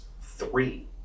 three